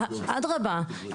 אדרבא,